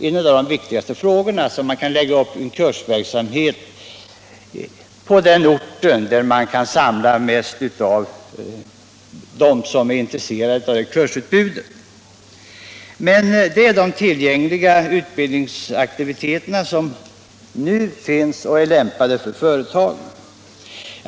En av de viktigaste uppgifterna är därvid att koncentrera kursverksamheten till den ort där man kan samla det största antalet av dem som är intresserade av tillgängliga utbildningsaktiviteter, lämpade för företagen.